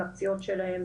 על הפציעות שלהם,